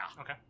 okay